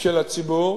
של הציבור.